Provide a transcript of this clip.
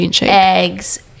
eggs